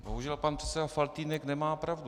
Bohužel pan předseda Faltýnek nemá pravdu.